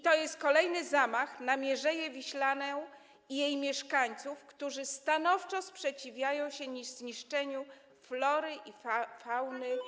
To jest kolejny zamach na Mierzeję Wiślaną i jej mieszkańców, którzy stanowczo sprzeciwiają się zniszczeniu flory i fauny.